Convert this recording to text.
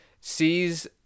sees